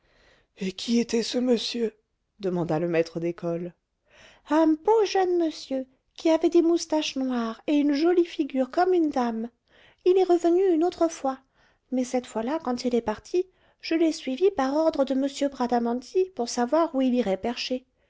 et qui était ce monsieur demanda le maître d'école un beau jeune monsieur qui avait des moustaches noires et une jolie figure comme une dame il est revenu une autre fois mais cette fois-là quand il est parti je l'ai suivi par ordre de m bradamanti pour savoir où il irait percher